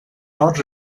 not